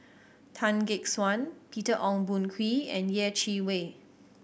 Tan Gek Suan Peter Ong Boon Kwee and Yeh Chi Wei